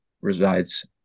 resides